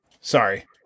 Sorry